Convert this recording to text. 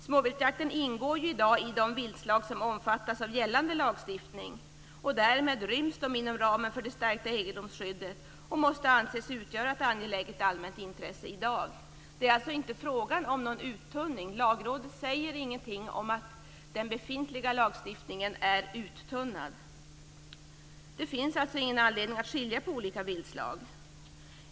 Småvilt ingår ju i dag i de viltslag som omfattas av gällande lagstiftning. Därmed ryms detta inom ramen för det stärkta egendomsskyddet och måste anses utgöra ett angeläget allmänt intresse i dag. Det är alltså inte frågan om någon uttunning. Lagrådet säger ingenting om att den befintliga lagstiftningen är uttunnad. Det finns alltså ingen anledning att skilja på olika viltslag.